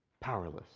Powerless